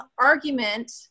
argument